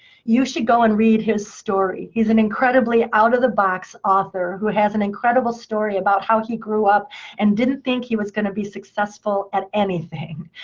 you should go and read his story. he's an incredibly out of the box author, who has an incredible story about how he grew up and didn't think he was going to be successful at anything.